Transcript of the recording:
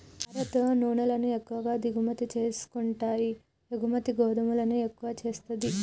భారత్ నూనెలను ఎక్కువ దిగుమతి చేసుకుంటాయి ఎగుమతి గోధుమలను ఎక్కువ చేస్తది